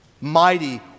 mighty